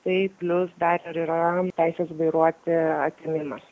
tai plius dar ir yra teisės vairuoti atėmimas